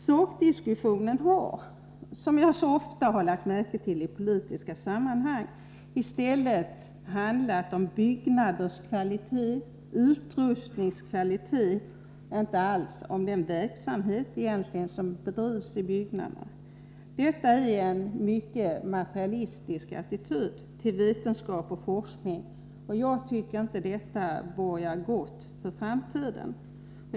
Sakdiskussionen har — som jag så ofta har lagt märke till i politiska sammanhang — handlat om byggnadernas och utrustningens kvalitet, men inte alls om den verksamhet som bedrivs i byggnaderna. Detta är en mycket materialistisk attityd till vetenskap och forskning, och det borgar inte gott för framtiden.